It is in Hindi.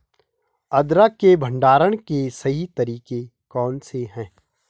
अदरक के भंडारण के सही तरीके कौन से हैं?